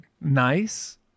nice